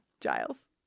Giles